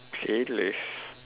playlist